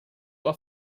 auf